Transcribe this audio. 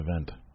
event